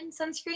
sunscreen